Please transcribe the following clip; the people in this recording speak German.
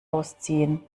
ausziehen